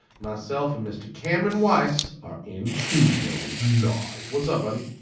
myself and mr. cameron weiss are in studio, live. what's up buddy?